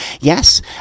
yes